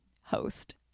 host